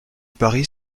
paris